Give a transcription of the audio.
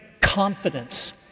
confidence